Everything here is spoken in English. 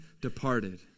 departed